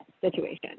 situation